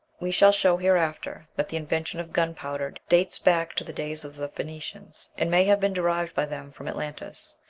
we shall show hereafter that the invention of gunpowder dates back to the days of the phoenicians, and may have been derived by them from atlantis.